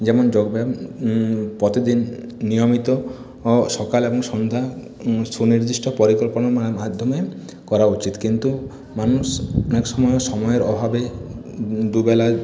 যেমন যোগব্যাম প্রতিদিন নিয়মিত সকাল এবং সন্ধ্যায় সুনির্দিষ্ট পরিকল্পনার মাধ্যমে করা উচিত কিন্তু মানুষ অনেক সময় সময়ের অভাবে দুবেলা